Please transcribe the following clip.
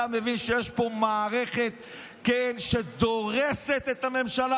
אתה מבין שיש פה מערכת שדורסת את הממשלה,